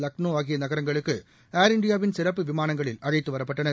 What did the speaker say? லக்னோ ஆகிய நகரங்களுக்கு ஏர் இந்தியாவின் சிறப்பு விமானங்களில் அழைத்து வரப்பட்டனர்